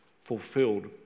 fulfilled